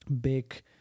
big